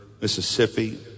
Mississippi